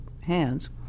hands